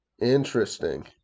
Interesting